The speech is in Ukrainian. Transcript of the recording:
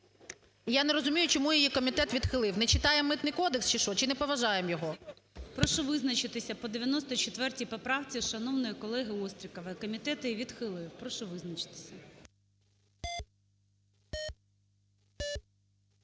Я не розумію чому її комітет відхилив, не читає Митний кодекс чи що, чи не поважаємо його? ГОЛОВУЮЧИЙ. Прошу визначитися по 94 поправці шановної колеги Острікової, комітет її відхилив, прошу визначитися.